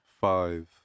five